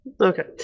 Okay